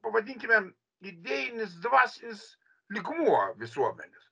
pavadinkime idėjinis dvasinis lygmuo visuomenės